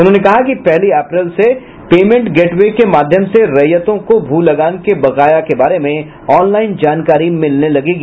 उन्होंने कहा कि पहली अप्रैल से पेमेंट गेटवे के माध्यम से रैयतों को भू लगान के बकाया के बारे में ऑनलाईन जानकारी मिलने लगेगी